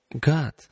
God